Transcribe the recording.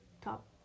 top